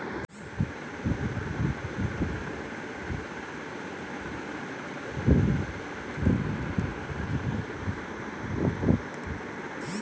ఏ నేలను ఎన్ని రోజులకొక సారి సదును చేయల్ల?